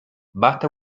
basta